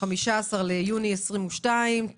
15 ביוני 2022,